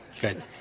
Good